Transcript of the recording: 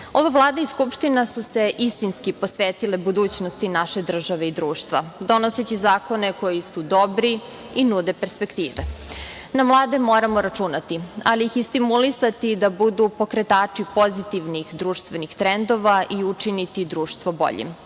Vlada i Skupština su se istinski posvetile budućnosti naše države i društva, donoseći zakone koji su dobri i nude perspektive. Na mlade moramo računati, ali ih i stimulisati da budu pokretači pozitivnih društvenih trendova i učiniti društvo boljim,